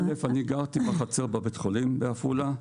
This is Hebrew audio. אני גרתי בחצר בבית החולים בעפולה.